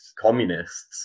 communists